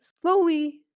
slowly